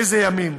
אילו ימים.